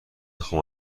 خوام